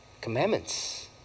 commandments